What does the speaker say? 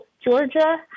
Georgia